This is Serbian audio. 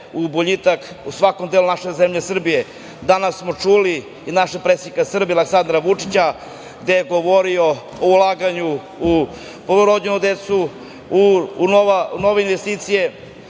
u boljitak u svakom delu naše zemlje Srbije. Danas smo čuli i našeg predsednika Srbije, Aleksandra Vučića kada je govorio o ulaganju u prvorođenu decu, u nove investicije,